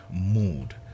mood